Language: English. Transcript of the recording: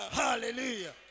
hallelujah